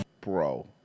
Bro